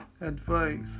advice